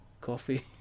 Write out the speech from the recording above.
coffee